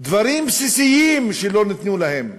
למען דברים בסיסיים שלא ניתנו להם.